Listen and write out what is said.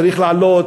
צריך לעלות,